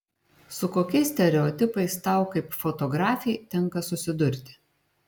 su kokiais stereotipais tau kaip fotografei tenka susidurti